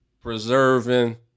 preserving